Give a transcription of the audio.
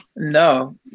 No